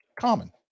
common